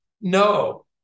No